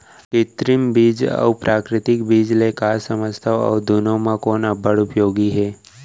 कृत्रिम बीज अऊ प्राकृतिक बीज ले का समझथो अऊ दुनो म कोन अब्बड़ उपयोगी हे?